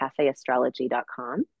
cafeastrology.com